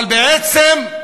אבל בעצם,